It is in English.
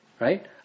Right